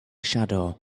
shadow